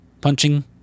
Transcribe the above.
punching